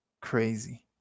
crazy